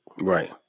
Right